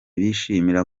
bishimira